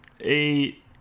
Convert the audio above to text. eight